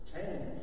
Change